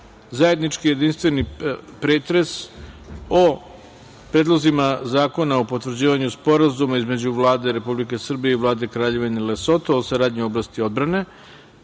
zajednički jedinstveni pretres o: Predlogu zakona o potvrđivanju Sporazuma između Vlade Republike Srbije i Vlade Kraljevine Lesoto o saradnji u oblasti odbrane